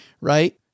right